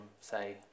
say